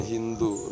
Hindu